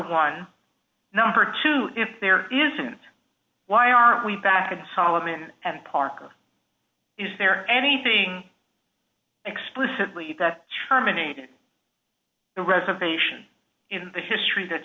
one number two if there isn't why aren't we back in solomon and parker is there anything explicitly that terminated the reservation in the history that